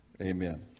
Amen